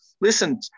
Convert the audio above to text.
listen